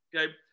Okay